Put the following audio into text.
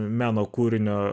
meno kūrinio